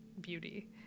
beauty